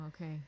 okay